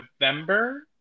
november